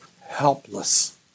helpless